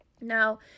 now